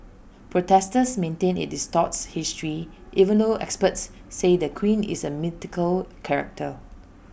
protesters maintain IT distorts history even though experts say the queen is A mythical character